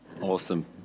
Awesome